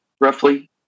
roughly